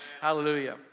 Hallelujah